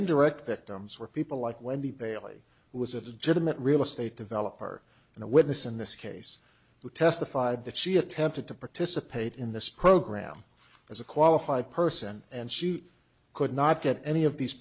indirect victims were people like wendy bailey who was at the gym at real estate developer and a witness in this case who testified that she attempted to participate in this program as a qualified person and she could not get any of these